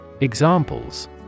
Examples